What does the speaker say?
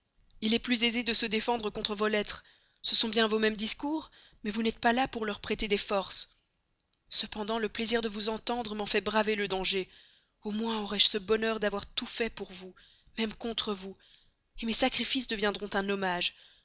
il est plus aisé de se défendre contre vos lettres ce sont bien vos mêmes discours mais vous n'êtes pas là pour leur prêter des forces cependant le plaisir de vous entendre m'en fait braver le danger au moins aurai-je ce bonheur d'avoir tout fait pour vous même contre moi mes sacrifices deviendront un hommage